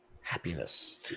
happiness